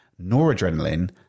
noradrenaline